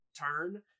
turn